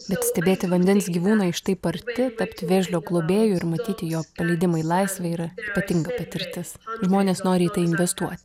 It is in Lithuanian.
bet stebėti vandens gyvūną iš taip arti tapti vėžlio globėju ir matyti jo paleidimą į laisvę yra ypatinga patirtis žmonės nori investuoti